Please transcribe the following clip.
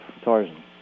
Tarzan